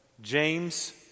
James